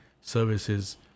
services